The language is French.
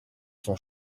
son